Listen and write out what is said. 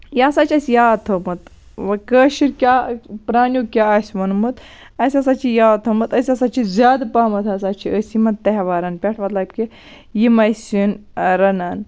یہِ سا چھُ اَسہِ یاد تھومُت کٲشِر کیاہ پرانیو کیاہ آسہِ ووٚنمُت اَسہِ ہسا چھُ یاد تھومُت أسۍ ہسا چھِ زیادٕ پَہمَتھ ہسا چھِ أسۍ یِمن تہوارَن پٮ۪ٹھ مطلب کہِ یِمَے سِنۍ رَنان